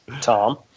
Tom